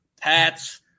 Pats